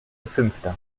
fünfter